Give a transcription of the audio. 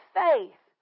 faith